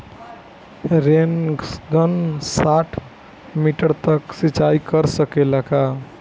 Rain gun साठ metre तक सिचाई कर सकेला का?